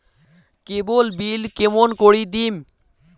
কেবল bill কেমন করি দিম?